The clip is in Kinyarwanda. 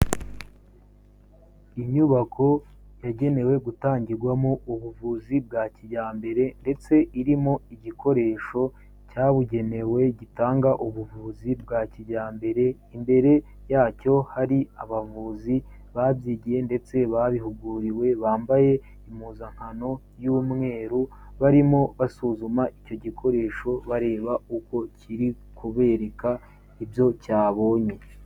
Inyubako yagenewe gutangirwamo ubuvuzi bwa kijyambere ndetse irimo igikoresho cyabugenewe gitanga ubuvuzi bwa kijyambere, imbere yacyo hari abavuzi babyigiye ndetse babihuguriwe bambaye impuzankano y'umweru, barimo basuzuma icyo gikoresho bareba uko kiri kubereka ibyo cyabonye.